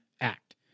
act